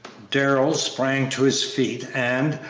darrell sprang to his feet and,